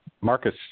Marcus